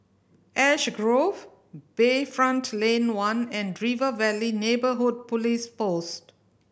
Ash Grove Bayfront Lane One and River Valley Neighbourhood Police Post